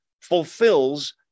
fulfills